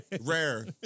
Rare